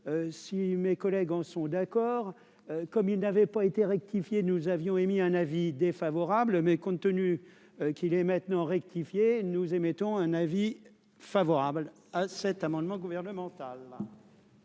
si mes collègues en sont d'accord, comme il n'avait pas été rectifié, nous avions émis un avis défavorable, mais compte tenu qu'il est maintenant rectifier nous émettons un avis favorable à cet amendement gouvernemental.